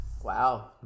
Wow